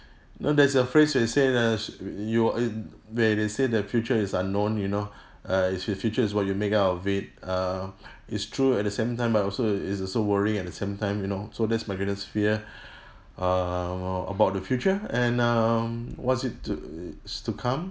know there's a phrase which said uh sh~ you uh where they say the future is unknown you know uh it's the future is what you make out of it err it's true at the same time but also it's also worrying at the same time you know so that's my greatest fear err about the future and um what's it to to come